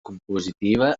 compositiva